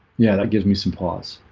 yeah, that gives me some pause